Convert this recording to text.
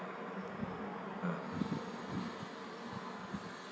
ah